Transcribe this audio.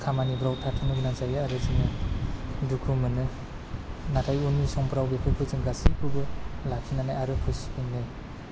खामानिफ्राव थाथ'नो गोनां जायो आरो जोङो दुखु मोनो नाथाय उननि समफ्राव बेफोरखौ जों गासैखौबो लाखिनानै आरो फिसिफिन्नो